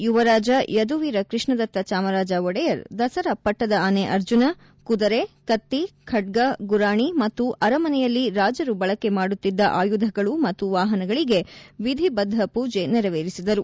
ಯುವರಾಜ ಯದುವೀರ್ ಕೃಷ್ಣದತ್ತ ಚಾಮರಾಜ ಒಡೆಯರ್ ದಸರಾ ಪಟ್ಟದ ಆನೆ ಅರ್ಜುನ ಕುದುರೆ ಕತ್ತಿ ಖಡ್ಗ ಗುರಾಣಿ ಮತ್ತು ಅರಮನೆಯಲ್ಲಿ ರಾಜರು ಬಳಕೆ ಮಾಡುತ್ತಿದ್ದ ಆಯುಧಗಳು ಮತ್ತು ವಾಹನಗಳಿಗೆ ವಿಧಿಬದ್ದಪೂಜೆ ನೆರವೇರಿಸಿದರು